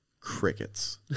Crickets